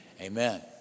amen